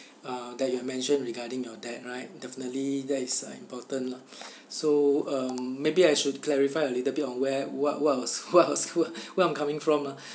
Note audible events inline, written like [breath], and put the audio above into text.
uh that you have mentioned regarding your dad right definitely that is uh important lah [breath] so uh maybe I should clarify a little bit on where what what was what was where I'm coming lah